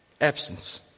Absence